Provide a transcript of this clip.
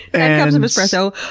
and and of espresso,